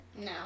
no